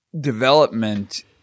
development